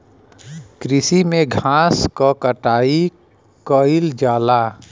कृषि में घास क कटाई कइल जाला